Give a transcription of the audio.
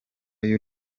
y’u